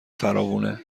فراوونه